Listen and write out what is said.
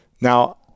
Now